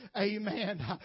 amen